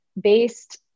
based